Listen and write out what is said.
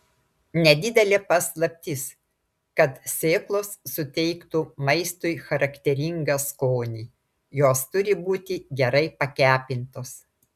nedidelė paslaptis kad sėklos suteiktų maistui charakteringą skonį jos turi būti gerai pakepintos